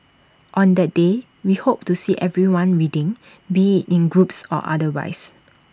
on that day we hope to see everyone reading be IT in groups or otherwise